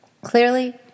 Clearly